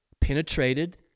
penetrated